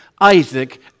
Isaac